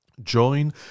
Join